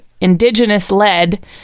indigenous-led